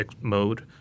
mode